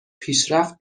پیشرفت